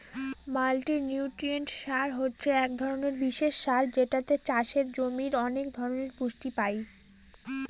multinutrient সার হছে এক ধরনের বিশেষ সার যেটাতে চাষের জমির অনেক ধরনের পুষ্টি পাই